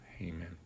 Amen